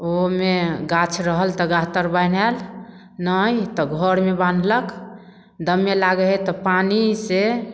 ओमे गाछ रहल तऽ गाछ तर बान्हि आयल नहि तऽ घरमे बान्हलक दमे लागय हइ तऽ पानिसँ